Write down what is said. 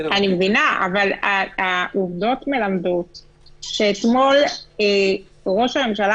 אני מבינה אבל העובדות מלמדות שאתמול ראש הממשלה